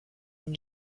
une